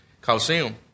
Coliseum